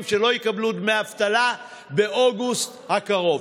שלא יקבלו דמי אבטלה באוגוסט הקרוב.